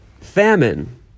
famine